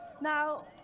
Now